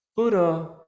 Buddha